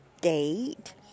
date